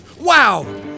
Wow